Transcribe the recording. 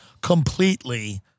completely